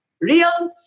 real